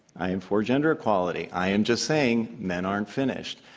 i am for gender equality. i am just saying men aren't finished.